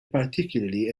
particularly